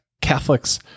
Catholics